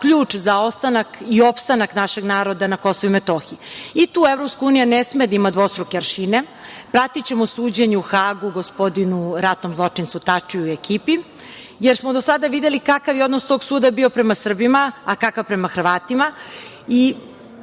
ključ za ostanak i opstanak našeg naroda na KiM. Tu EU ne sme da ima dvostruke aršine. Pratićemo suđenje u Hagu, gospodinu ratnom zločincu, Tačiju i ekipi, jer smo do sada videli kakav je odnos tog suda bio prema Srbima, a kakav prema Hrvatima